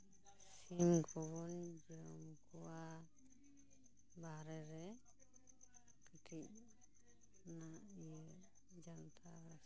ᱥᱤᱢ ᱠᱚᱵᱚᱱ ᱡᱚᱢ ᱠᱚᱣᱟ ᱵᱟᱦᱨᱮ ᱨᱮ ᱠᱟᱹᱴᱤᱡ ᱚᱱᱟ ᱤᱭᱟᱹ ᱡᱟᱱᱛᱷᱟᱲ